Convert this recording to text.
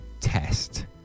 test